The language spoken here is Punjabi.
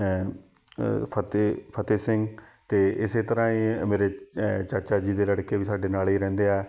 ਫਤਿਹ ਫਤਿਹ ਸਿੰਘ ਅਤੇ ਇਸੇ ਤਰ੍ਹਾਂ ਹੀ ਮੇਰੇ ਚਾਚਾ ਜੀ ਦੇ ਲੜਕੇ ਵੀ ਸਾਡੇ ਨਾਲ ਹੀ ਰਹਿੰਦੇ ਹੈ